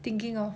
thinking of